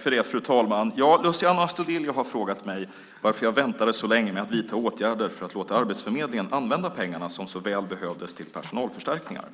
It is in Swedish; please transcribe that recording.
Fru talman! Luciano Astudillo har frågat mig varför jag väntade så länge med att vidta åtgärder för att låta Arbetsförmedlingen använda pengarna som så väl behövdes till personalförstärkningar.